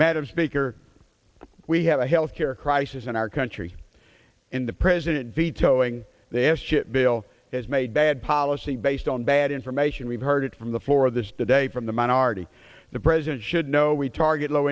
madam speaker we have a health care crisis in our country and the president vetoing the s chip bill has made bad policy based on bad information we've heard it from the floor of this day from the minority the president should know we target low